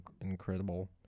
Incredible